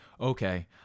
Okay